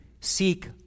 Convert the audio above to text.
seek